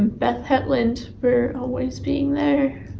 beth hetland, for always being there,